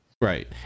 Right